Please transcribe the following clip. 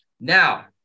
Now